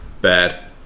bad